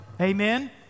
Amen